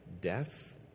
death